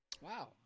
Wow